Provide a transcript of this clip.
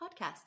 podcast